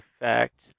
effect